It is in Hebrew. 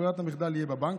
ברירת המחדל יהיה בבנק,